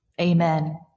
amen